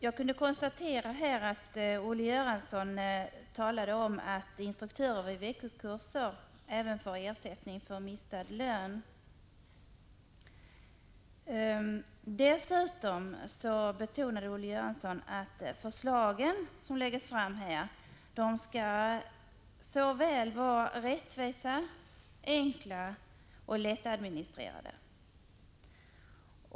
Herr talman! Olle Göransson betonade att förslagen som här läggs fram skall vara såväl rättvisa som enkla och lättadministrerade.